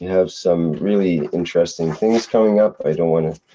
have some really interesting things coming up, i don't want to.